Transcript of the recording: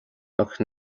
ach